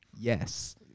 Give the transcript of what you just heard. Yes